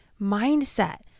mindset